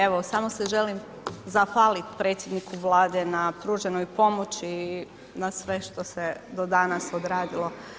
Evo samo se želim zahvaliti predsjedniku Vlade na pruženoj pomoći i na sve što se do danas odradilo.